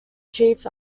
chief